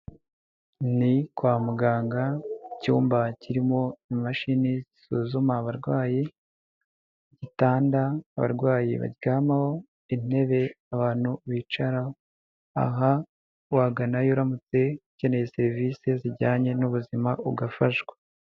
Ni kwa muganga icyumba kirimo imashini zisuzuma abarwayi, igitanda abarwayi baryamaho, intebe abantu bicaraho, aha waganayo uramutse ukeneye serivisi zijyanye n'ubuzima ugafashwa.